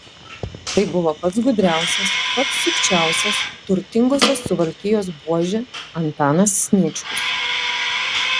tai buvo pats gudriausias pats sukčiausias turtingosios suvalkijos buožė antanas sniečkus